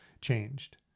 changed